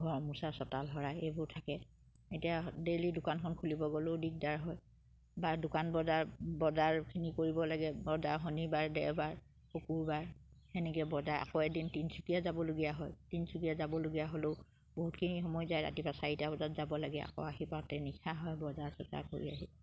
ঘৰ মোচা চোতাল সৰা এইবোৰ থাকে এতিয়া ডেইলি দোকানখন খুলিব গ'লেও দিগদাৰ হয় বা দোকান বজাৰ বজাৰখিনি কৰিব লাগে বজাৰ শনিবাৰ দেওবাৰ শুকুৰবাৰ সেনেকে বজাৰ আকৌ এদিন তিনচুকীয়া যাবলগীয়া হয় তিনচুকীয়া যাবলগীয়া হ'লেও বহুতখিনি সময় যায় ৰাতিপুৱা চাৰিটা বজাত যাব লাগে আকৌ আহি পাওঁতে নিশা হয় বজাৰ চজাৰ কৰি আহি